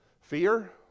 Fear